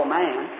man